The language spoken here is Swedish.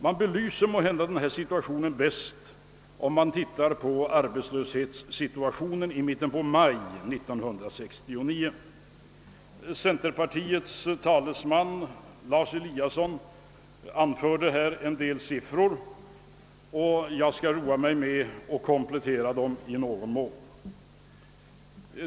Man belyser måhända situationen bäst om man visar på arbetslöshetsläget i mitten av maj 1969. Centerpartiets talesman Lars Eliasson anförde här en del siffror, och jag skall i någon mån komplettera dem.